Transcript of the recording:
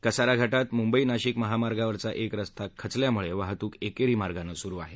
कसारा घाटात मुंबई नाशिक महामार्गावरचा एक रस्ता खचल्यामुळे वाहतूक एकेरी मार्गानं सुरु आहे